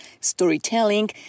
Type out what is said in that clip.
storytelling